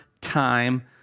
time